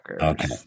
Okay